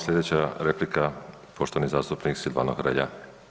Slijedeća replika, poštovani zastupnik Silvano Hrelja.